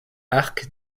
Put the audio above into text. arc